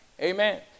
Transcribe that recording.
Amen